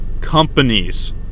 companies